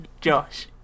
Josh